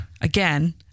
again